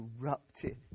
erupted